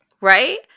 right